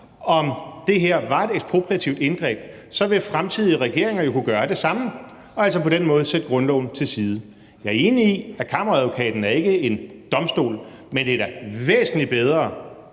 om det her var et ekspropriativt indgreb, så vil fremtidige regeringer jo kunne gøre det samme og altså på den måde sætte grundloven til side. Jeg er enig i, at Kammeradvokaten jo ikke er en domstol, men det er da væsentlig bedre